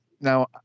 now